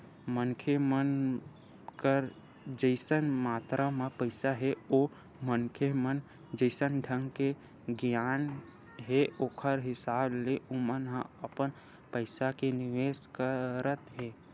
मनखे मन कर जइसन मातरा म पइसा हे ओ मनखे म जइसन ढंग के गियान हे ओखर हिसाब ले ओमन ह अपन पइसा के निवेस करत हे